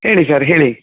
ಹೇಳಿ ಸರ್ ಹೇಳಿ